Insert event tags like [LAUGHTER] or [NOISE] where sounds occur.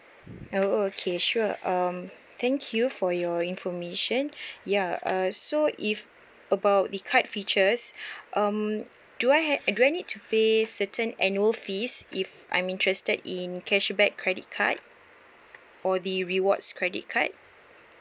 oh okay sure um thank you for your information [BREATH] ya uh so if about the card features [BREATH] um do I ha~ uh do I need to pay certain annual fees if I'm interested in cashback credit card for the rewards credit card